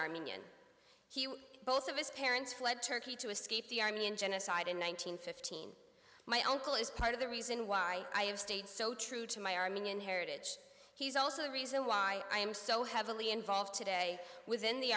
armenian he both of his parents fled turkey to escape the armenian genocide in one nine hundred fifteen my uncle is part of the reason why i have stayed so true to my armenian heritage he's also the reason why i am so heavily involved today within the